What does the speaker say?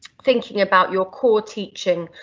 thinking about your core teaching,